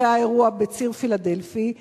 אחרי האירוע בציר פילדלפי,